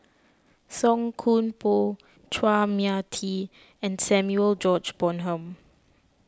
Song Koon Poh Chua Mia Tee and Samuel George Bonham